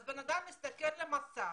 אז כשאדם מסתכל על המסך,